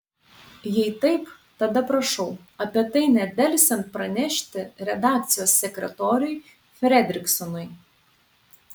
jei taip tada prašau apie tai nedelsiant pranešti redakcijos sekretoriui fredriksonui